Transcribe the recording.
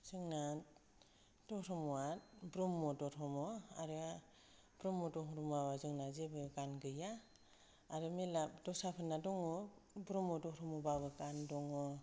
जोंना धर्मआ ब्रह्म धर्म आरो ब्रह्म धर्मआव जोंना जेबो गान गैया आरो मेल्ला दस्राफोरना दङ ब्रह्म धर्मबाबो गान दङ